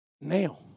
now